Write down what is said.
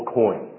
coin